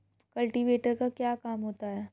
Cultivator का क्या काम होता है?